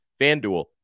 FanDuel